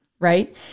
Right